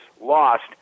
lost